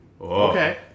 Okay